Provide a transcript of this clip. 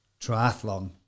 triathlon